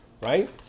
Right